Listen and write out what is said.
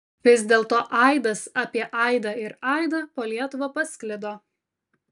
vis dėlto aidas apie aidą ir aidą po lietuvą pasklido